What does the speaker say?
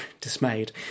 dismayed